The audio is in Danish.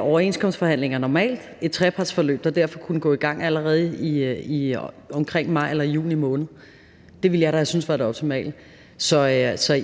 overenskomstforhandlinger og dermed et trepartsforhandlingsforløb, der ville have kunnet gå i gang allerede omkring maj eller juni måned. Det ville jeg have syntes var det optimale. Så